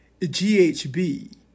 GHB